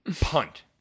Punt